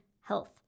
health